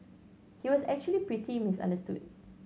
he was actually pretty misunderstood